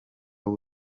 w’u